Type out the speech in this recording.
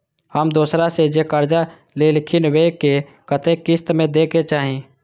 हम दोसरा से जे कर्जा लेलखिन वे के कतेक किस्त में दे के चाही?